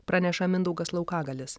praneša mindaugas laukagalis